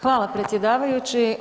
Hvala predsjedavajući.